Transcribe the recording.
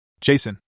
Jason